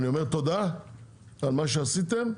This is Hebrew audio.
אני אומר תודה על מה שעשיתם,